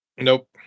Nope